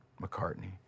McCartney